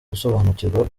gusobanukirwa